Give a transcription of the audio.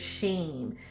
shame